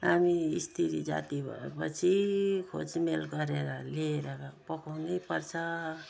हामी स्त्री जाति भएपछि खोजमेल गरेर लिएर पकाउनैपर्छ